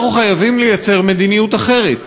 אנחנו חייבים לייצר מדיניות אחרת,